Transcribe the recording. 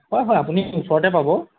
হয় হয় আপুনি ওচৰতে পাব